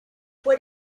what